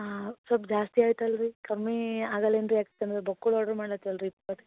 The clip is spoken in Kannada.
ಹಾಂ ಸ್ವಲ್ಪ್ ಜಾಸ್ತಿ ಆಯ್ತಲ್ಲ ರೀ ಕಮ್ಮಿ ಆಗಲ್ಲ ಏನು ರೀ ಯಾಕಂದ್ರೆ ಬೊಕ್ಕುಳ್ ಆರ್ಡ್ರ್ ಮಾಡ್ಲಾತಲ್ಲ ರೀ ಇಪ್ಪತ್ತು